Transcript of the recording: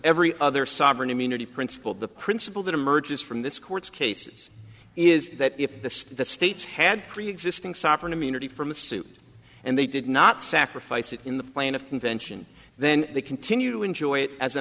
every other sovereign immunity principle the principle that emerges from this court's cases is that if the states had preexisting sovereign immunity from a suit and they did not sacrifice it in the plane of convention then they continue to enjoy it as a